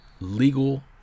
legal